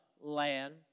Land